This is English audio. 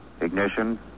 Ignition